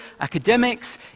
academics